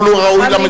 והוא לא ראוי למדינה.